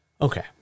Okay